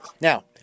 now